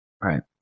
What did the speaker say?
right